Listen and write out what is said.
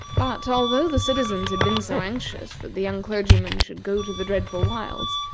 but, although the citizens had been so anxious that the young clergyman should go to the dreadful wilds,